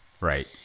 Right